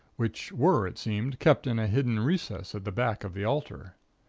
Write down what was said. which were, it seemed, kept in a hidden recess at the back of the altar.